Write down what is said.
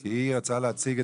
חסרים.